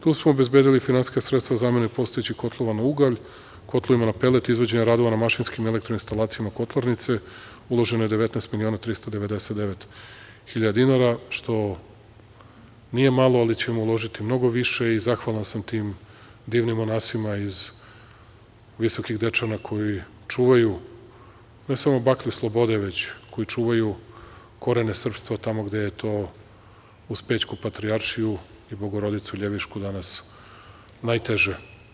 Tu smo obezbedili finansijska sredstava zamene postojećih kotlova na ugalj, kotlovima na pelet, izvođenje radova na mašinskih elektro-instalacijama kotlarnice, uloženo je 19 miliona 399 hiljade dinara, što nije malo, ali ćemo uložiti mnogo više i zahvalan sam tim divnim monasima iz Visokih Dečana koji čuvaju, ne samo baklju slobode, već koji čuvaju korene srpstva tamo gde je to uz Pećku patrijaršiju i Bogorodicu Ljevišku, danas najteže.